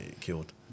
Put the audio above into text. killed